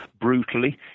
brutally